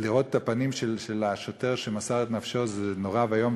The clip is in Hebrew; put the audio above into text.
לראות את הפנים של השוטר שמסר את נפשו זה נורא ואיום,